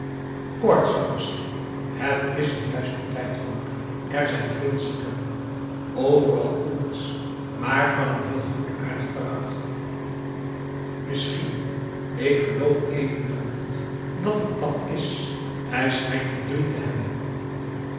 koortsig misschien het is er juist de tijd voor er zijn veel zieken overal koorts maar van n heel goedaardig karakter misschien ik geloof evenwel niet dat het dàt is hij schijnt verdriet te hebben